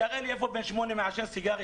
שיראה לי איפה יש ילד בן שמונה שמעשן סיגריה.